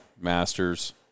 Masters